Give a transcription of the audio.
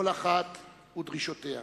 כל אחת ודרישותיה.